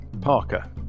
Parker